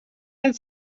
and